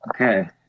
okay